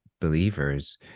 believers